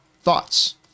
thoughts